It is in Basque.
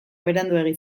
beranduegi